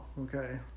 Okay